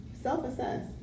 Self-assess